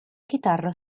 chitarra